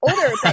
older